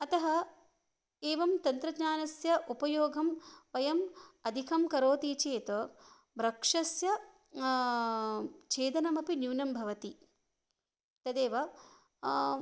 अतः एवं तन्त्रज्ञानस्य उपयोगं वयम् अधिकं करोति चेत् वृक्षस्य छेदनमपि न्यूनं भवति तदेव